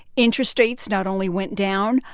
interest rates not only went down,